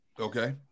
okay